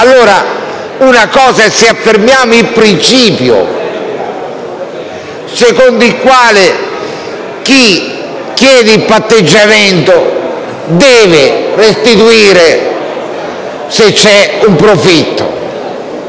Una cosa è se affermiamo il principio secondo il quale chi chiede il patteggiamento deve restituire, se c'è un profitto,